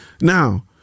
Now